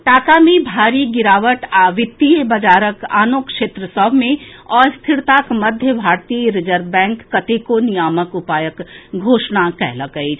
टाका मे भारी गिरावट आ वित्तीय बाजारक आनो क्षेत्र सभ मे अस्थिरताक मध्य भारतीय रिजर्व बैंक कतेको नियामक उपायक घोषणा कएलक अछि